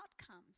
outcomes